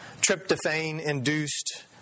tryptophan-induced